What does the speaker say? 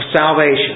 salvation